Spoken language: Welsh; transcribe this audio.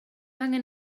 angen